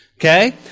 Okay